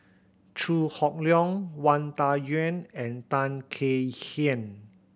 Chew Hock Leong Wang Dayuan and Tan Kek Hiang